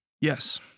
Yes